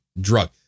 drug